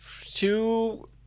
two